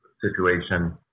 situation